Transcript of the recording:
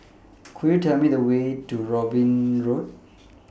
Could YOU Tell Me The Way to Robin Road